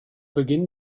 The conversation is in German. beginn